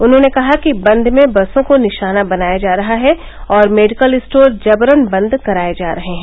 उन्होंने कहा कि बंद में बसों को निशाना बनाया जा रहा है और मेडिकल स्टोर जबरन बंद कराये जा रहे हैं